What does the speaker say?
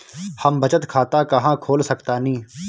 हम बचत खाता कहां खोल सकतानी?